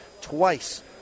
twice